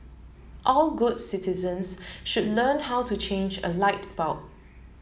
all good citizens should learn how to change a light bulb